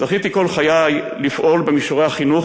זכיתי כל חיי לפעול במישורי החינוך,